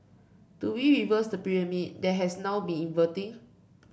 do we reverse the pyramid that has now been inverting